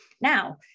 Now